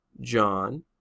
John